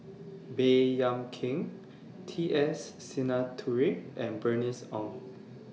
Baey Yam Keng T S Sinnathuray and Bernice Ong